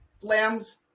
Lambs